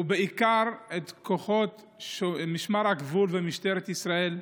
ובעיקר כוחות משמר הגבול ומשטרת ישראל,